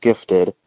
gifted